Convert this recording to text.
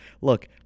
Look